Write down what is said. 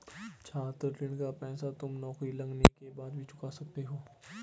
छात्र ऋण का पैसा तुम नौकरी लगने के बाद भी चुका सकते हो